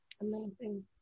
amazing